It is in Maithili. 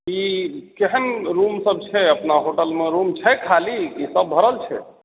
ई केहन रूम सब छै अपना होटलमे रूम छै खाली कि सब भरल छै